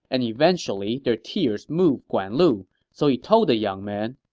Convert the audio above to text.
and eventually, their tears moved guan lu. so he told the young man,